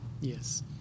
yes